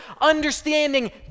understanding